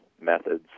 methods